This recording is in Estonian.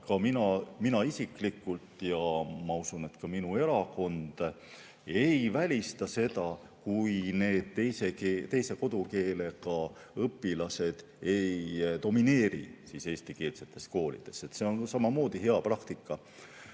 Mina isiklikult ja ma usun, et ka minu erakond ei välista seda, et kui need teise kodukeelega õpilased ei domineeri eestikeelsetes koolides, siis see on neile samamoodi hea praktika,